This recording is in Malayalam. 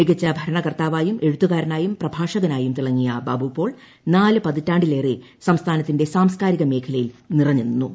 മികച്ച ഭരണകർത്താവായും എഴുത്തുകാരനായും പ്രഭാഷകനായും തിളങ്ങിയ ബാബുപോൾ നാല് പതിറ്റാണ്ടിലേറെ സംസ്ഥാനത്തിന്റെ സാംസ്ക്കാരിക മേഖലയിൽ നിറഞ്ഞുനിന്നു